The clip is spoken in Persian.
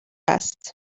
است